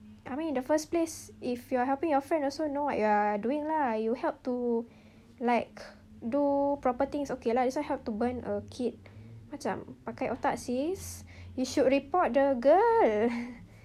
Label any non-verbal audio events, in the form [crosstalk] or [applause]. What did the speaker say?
I mean in the first place if you're helping your friend also know you are doing lah you help to like do proper things okay lah this one help to burn a kid macam pakai otak sis you should report the girl [noise]